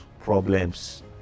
problems